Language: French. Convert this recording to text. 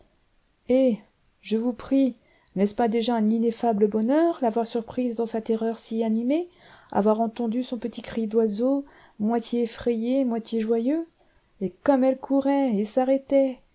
eh je vous prie n'est-ce pas déjà un ineffable bonheur l'avoir surprise dans sa terreur si animée avoir entendu son petit cri d'oiseau moitié effrayé moitié joyeux et comme elle courait et s'arrêtait